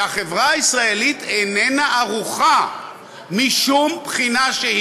ושהחברה הישראלית איננה ערוכה לכך משום בחינה.